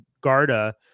Garda